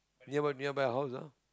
near nearby your house ah